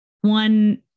one